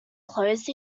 closed